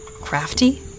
Crafty